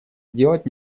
сделать